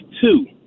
two